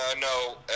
no